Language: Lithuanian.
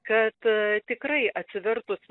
kad tikrai atsivertus